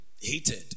hated